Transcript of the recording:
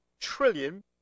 trillion